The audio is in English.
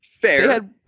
Fair